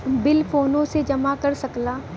bill फोने से जमा कर सकला